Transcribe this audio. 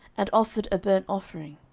and offered a burnt offering.